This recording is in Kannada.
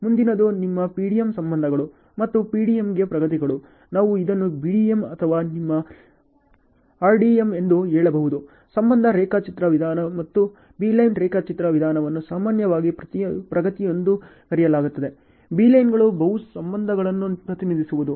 ಮುಂದಿನದು ನಿಮ್ಮ PDM ಸಂಬಂಧಗಳು ಮತ್ತು PDMಗೆ ಪ್ರಗತಿಗಳು ನಾವು ಇದನ್ನು BDM ಅಥವಾ ನಿಮ್ಮ RDM ಎಂದು ಹೇಳಬಹುದು ಸಂಬಂಧ ರೇಖಾಚಿತ್ರ ವಿಧಾನ ಮತ್ತು ಬೀಲೈನ್ ರೇಖಾಚಿತ್ರ ವಿಧಾನವನ್ನು ಸಾಮಾನ್ಯವಾಗಿ ಪ್ರಗತಿಯೆಂದು ಕರೆಯಲಾಗುತ್ತದೆ ಬೀಲೈನ್ಸ್ಗಳು ಬಹು ಸಂಬಂಧಗಳನ್ನು ಪ್ರತಿನಿಧಿಸುವುದು